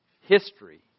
history